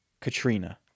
Katrina